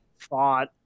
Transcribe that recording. thought